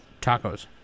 tacos